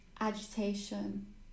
agitation